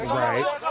right